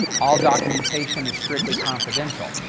all documentation is strictly confidential.